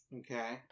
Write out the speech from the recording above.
okay